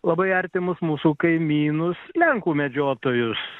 labai artimus mūsų kaimynus lenkų medžiotojus